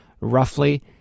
roughly